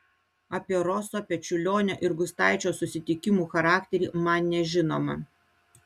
apie roso pečiulionio ir gustaičio susitikimų charakterį man nežinoma